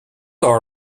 all